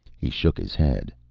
he shook his head.